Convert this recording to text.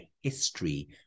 history